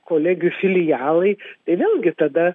kolegijų filialai tai vėlgi tada